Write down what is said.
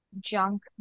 junk